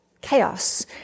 chaos